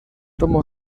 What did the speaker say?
tomó